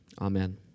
amen